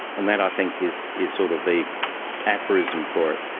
and that i think is is sort of the aphorism for it.